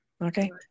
Okay